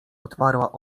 otwarła